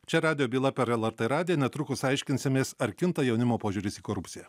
čia radijo byla per lrt radiją netrukus aiškinsimės ar kinta jaunimo požiūris į korupciją